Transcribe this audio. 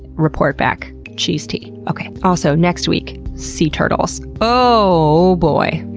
report back. cheese tea. okay. also, next week sea turtles. oh boy!